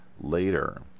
later